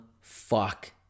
fuck